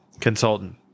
Consultant